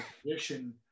tradition